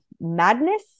madness